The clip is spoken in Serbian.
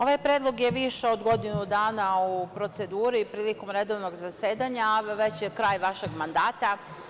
Ovaj predlog je više od godinu dana u proceduri prilikom redovnog zasedanja, a već je kraj vašeg mandata.